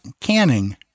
canning